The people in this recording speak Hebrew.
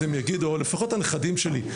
או לפחות הנכדים שלי,